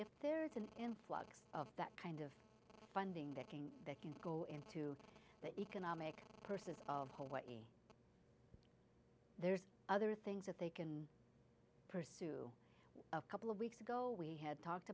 if there's an influx of that kind of funding that can that can go into the economic purses of hawaii there's other things that they can pursue a couple of weeks ago we had talked